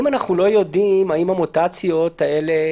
אם אנחנו לא יודעים לגבי המוטציות האלה,